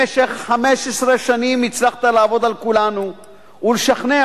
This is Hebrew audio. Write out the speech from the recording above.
במשך 15 שנים הצלחת לעבוד על כולנו ולשכנע